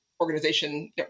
organization